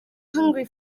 hungry